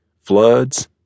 floods